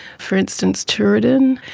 for instance, tooradin,